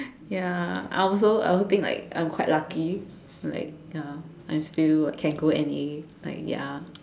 ya I also I also think like I'm quite lucky like ya I'm still like can go N_A like ya